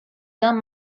dan